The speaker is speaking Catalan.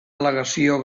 al·legació